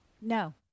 no